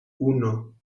uno